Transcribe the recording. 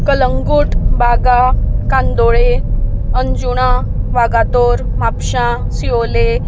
Calangute Baga Candolim Anjuna Vagator Mapusa Siolim